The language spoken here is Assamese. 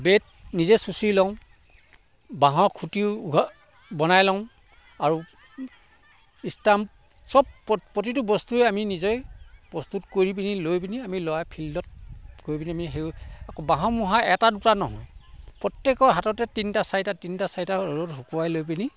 বেট নিজে চুচি লওঁ বাহঁৰ খুটি উঘা বনাই লওঁ আৰু ষ্টাম্প চব প প্ৰতিটো বস্তুৱে আমি নিজে প্ৰস্তুত কৰি পিনি লৈ পিনি আমি লগাই ফিল্ডত কৰি পিনি আমি সেই আকৌ বাহঁৰ মূঢ়া এটা দুটা নহয় প্ৰত্যেকৰ হাততে তিনিটা চাৰিটা তিনিটা চাৰিটা ৰ'দত শুকুৱাই লৈ পিনি